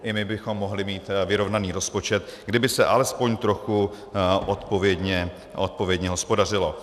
I my bychom mohli mít vyrovnaný rozpočet, kdyby se alespoň trochu odpovědně hospodařilo.